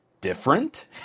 different